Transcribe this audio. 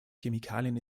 chemikalien